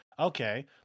okay